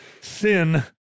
sin